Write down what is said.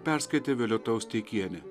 perskaitė violeta austeikienė